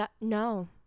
No